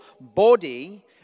body